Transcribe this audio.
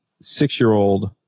six-year-old